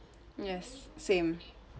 yes same